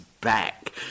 back